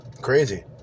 Crazy